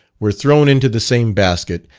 were thrown into the same basket,